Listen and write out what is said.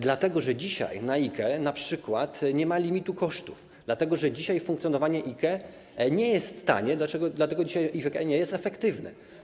Dlatego że dzisiaj na IKE np. nie ma limitu kosztów, dlatego że dzisiaj funkcjonowanie IKE nie jest tanie, dlatego że dzisiaj IKE nie jest efektywne.